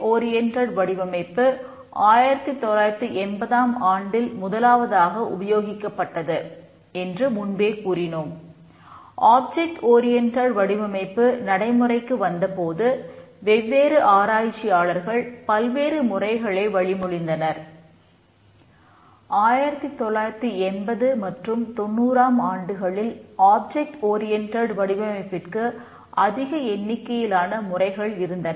you M L வடிவமைப்பிற்கு அதிக எண்ணிக்கையிலான முறைகள் இருந்தன